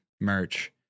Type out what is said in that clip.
merch